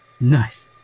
Nice